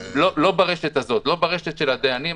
לא ברשת של הדיינים.